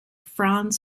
franz